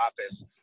office